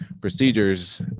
procedures